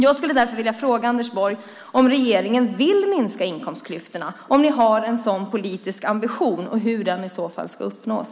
Jag skulle därför vilja fråga Anders Borg om regeringen vill minska inkomstklyftorna. Har ni en sådan politisk ambition och hur ska den i så fall uppnås?